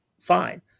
Fine